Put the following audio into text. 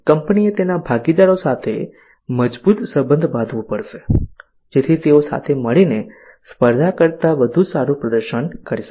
કંપનીએ તેના ભાગીદારો સાથે મજબૂત સંબંધ બાંધવો પડશે જેથી તેઓ સાથે મળીને સ્પર્ધા કરતા વધુ સારું પ્રદર્શન કરી શકે